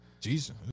Jesus